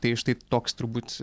tai štai toks turbūt